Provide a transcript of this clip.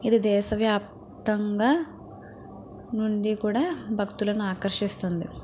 ఇది దేశవ్యా ప్తంగా నుండి కూడా భక్తులను ఆకర్షిస్తుంది